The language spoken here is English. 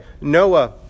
Noah